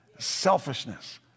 selfishness